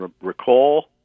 recall